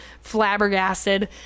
flabbergasted